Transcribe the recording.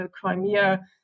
Crimea